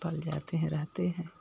पल जाते हैं रहते हैं